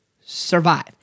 survive